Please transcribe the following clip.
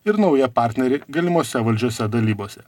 ir naują partnerį galimose valdžios dalybose